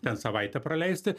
ten savaitę praleisti